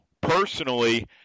personally